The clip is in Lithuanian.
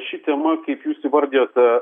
ši tema kaip jūs įvardijote